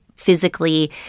physically